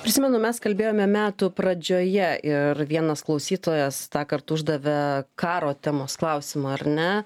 prisimenu mes kalbėjome metų pradžioje ir vienas klausytojas tąkart uždavė karo temos klausimą ar ne